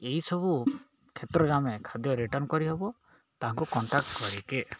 ଏହିସବୁ କ୍ଷେତ୍ରରେ ଆମେ ଖାଦ୍ୟ ରିଟର୍ଣ୍ଣ କରିହେବ ତାଙ୍କୁ କଣ୍ଟାକ୍ଟ କରିକି